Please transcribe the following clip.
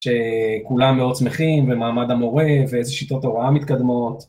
שכולם מאוד שמחים, ומעמד המורה ואיזה שיטות הוראה מתקדמות.